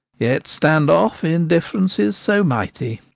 yet stand off in differences so mighty.